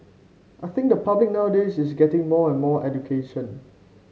I think the public nowadays is getting more and more education